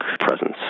presence